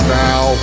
now